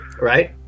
Right